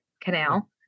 canal